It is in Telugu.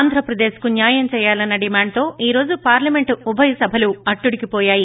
ఆంధ్రప్రదేశ్ కు న్యాయం చేయాలన్న డిమాండ్ తో ఈ రోజు పార్లమెంటు ఉభయ సభలు అట్లుడుగివోయాయి